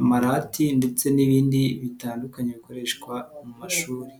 amarati ndetse n'ibindi bitandukanye bikoreshwa mu mashuri.